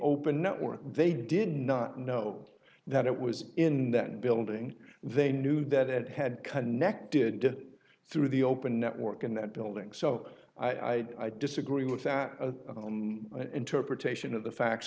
open network they did not know that it was in that building they knew that it had connected through the open network in that building so i disagree with that interpretation of the facts